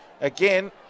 again